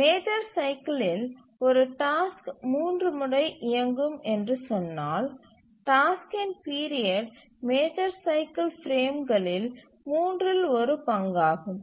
major சைக்கிலில் ஒரு task 3 முறை இயங்கும் என்று சொன்னாள் டாஸ்க்கின் பீரியட் மேஜர் சைக்கில் பிரேம்களில் மூன்றில் ஒரு பங்காகும்